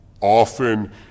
Often